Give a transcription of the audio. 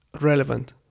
relevant